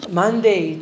monday